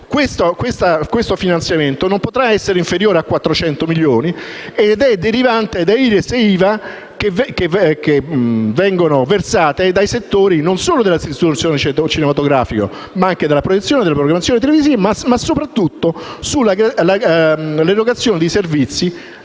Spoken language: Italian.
Questo finanziamento non potrà essere inferiore a 400 milioni ed è derivante da IRES e IVA versate dai settori, non solo della distribuzione cinematografica, ma anche della proiezione cinematografica, della programmazione televisiva ma soprattutto dell'erogazione di servizi